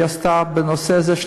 והיא עסקה בנושא הזה.